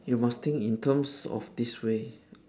you must think in terms of this way